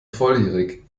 volljährig